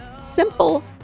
simple